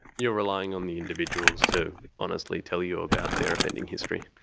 you're relying on the individuals to honestly tell you about their offending history.